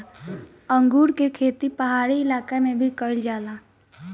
अंगूर के खेती पहाड़ी इलाका में भी कईल जाला